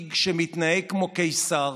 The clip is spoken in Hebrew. מנהיג שמתנהג כמו קיסר,